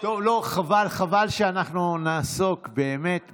שלא נמצא את עצמנו בבושה כזאת,